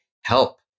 help